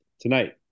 tonight